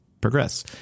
Progress